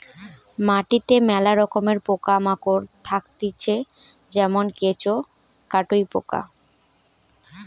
মাটিতে মেলা রকমের পোকা মাকড় থাকতিছে যেমন কেঁচো, কাটুই পোকা